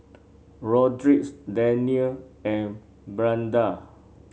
Rodrick's Danniel and Brianda